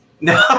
No